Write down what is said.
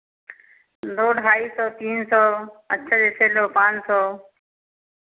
लो ढाई सौ तीन सौ अच्छे अच्छे लो पाँच सौ